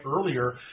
earlier